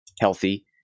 healthy